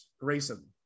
Grayson